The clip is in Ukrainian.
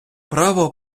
право